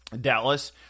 Dallas